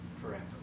forever